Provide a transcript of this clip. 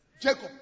Jacob